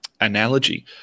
analogy